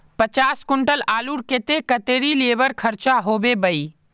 पचास कुंटल आलूर केते कतेरी लेबर खर्चा होबे बई?